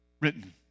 written